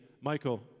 Michael